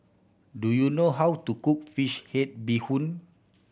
do you know how to cook fish head bee hoon